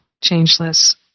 changeless